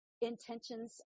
intentions